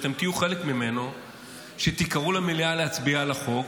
אתם תהיו חלק ממנו כשתיקראו למליאה להצביע על החוק.